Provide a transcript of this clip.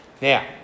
Now